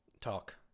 talk